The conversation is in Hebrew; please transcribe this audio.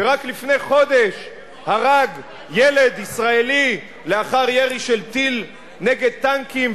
שרק לפני חודש הרג ילד ישראלי לאחר ירי של טיל נגד טנקים.